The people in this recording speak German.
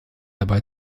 dabei